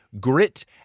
grit